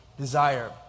desire